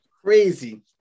Crazy